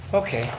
okay.